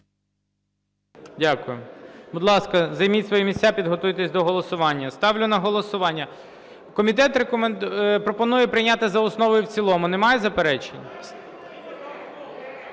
Дякую. Будь ласка, займіть свої місця, підготуйтеся до голосування. Ставлю на голосування. Комітет пропонує прийняти за основу і в цілому. Немає заперечень?